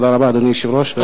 תודה רבה, אדוני היושב-ראש.